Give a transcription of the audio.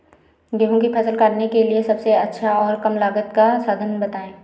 गेहूँ की फसल काटने के लिए सबसे अच्छा और कम लागत का साधन बताएं?